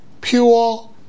pure